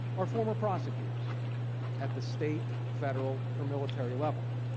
are former prosecutors at the state, federal or military level.